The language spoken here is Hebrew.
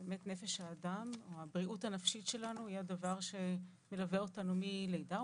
באמת נפש האדם או הבריאות הנפשית שלנו היא הדבר שמלווה אותנו מלידה,